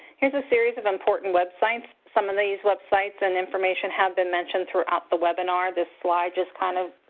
here's a series of important websites. some of these websites and information have been mentioned throughout the webinar. this slide just, kind of,